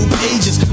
pages